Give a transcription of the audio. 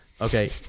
Okay